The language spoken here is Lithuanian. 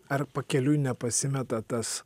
ar pakeliui nepasimeta tas